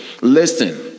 listen